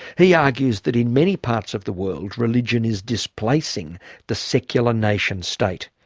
he argues that in many parts of the world religion is displacing the secular nation state.